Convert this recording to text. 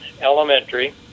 Elementary